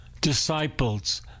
disciples